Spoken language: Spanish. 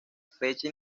fecha